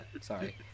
Sorry